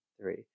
three